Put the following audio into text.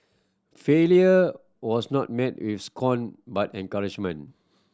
failure was not met with scorn but encouragement